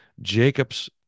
Jacob's